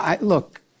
look